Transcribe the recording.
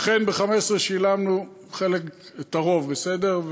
אכן, ב-2015 שילמנו חלק, את הרוב, בסדר?